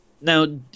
Now